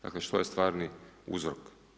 Dakle, što je stvarni uzrok?